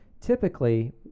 Typically